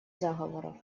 заговоров